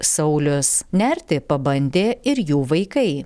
saulius nerti pabandė ir jų vaikai